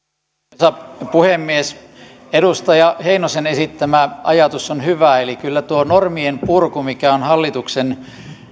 arvoisa puhemies edustaja heinosen esittämä ajatus on hyvä eli kyllä tuo normienpurku mikä on hallituksen